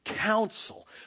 counsel